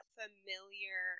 familiar